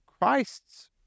Christ's